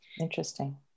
Interesting